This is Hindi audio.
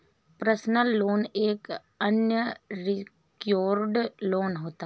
पर्सनल लोन एक अनसिक्योर्ड लोन होता है